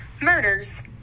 Murders